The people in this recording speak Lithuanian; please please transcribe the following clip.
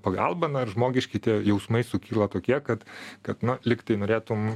pagalba na ir žmogiški tie jausmai sukyla tokie kad kad na lyg tai norėtum